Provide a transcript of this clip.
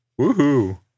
Woohoo